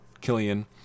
Killian